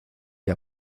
que